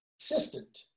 assistant